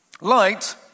Light